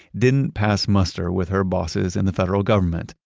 didn't pass muster with her bosses and the federal government.